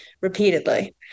repeatedly